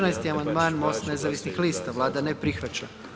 14. amandman MOST nezavisnih lista, Vlada ne prihvaća.